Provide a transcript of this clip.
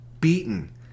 beaten